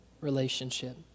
relationship